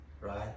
right